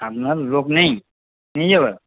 আপনার লোক নেই নিয়ে যাওয়ার